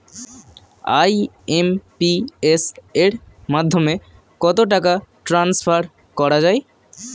IMPS এর মাধ্যমে কত টাকা ট্রান্সফার করা যায়?